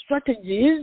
strategies